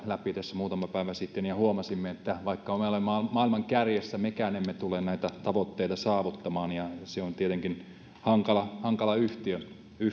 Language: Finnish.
läpi tässä muutama päivä sitten ja huomasimme että vaikka me olemme maailman kärjessä mekään emme tule näitä tavoitteita saavuttamaan ja se on tietenkin hankala hankala yhtälö